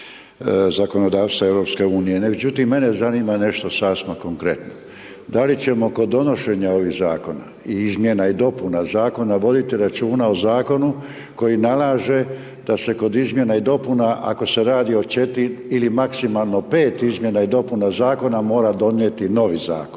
zakonodavstva EU. Međutim, mene zanima nešto sasma konkretno, da li ćemo kod donošenja ovih zakona i izmjena i dopuna zakona voditi računa o zakonu koji nalaže da se kod izmjena i dopuna ako se radi o 4 ili maksimalno 5 izmjena i dopuna zakona mora donijeti novi zakon.